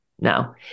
no